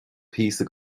píosa